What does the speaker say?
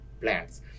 plants